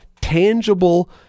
tangible